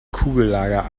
kugellager